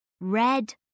red